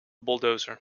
bulldozer